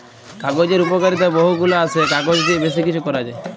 কাগজের উপকারিতা বহু গুলা আসে, কাগজ দিয়ে বেশি কিছু করা যায়